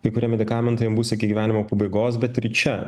kai kurie medikamentai jam bus iki gyvenimo pabaigos bet ir čia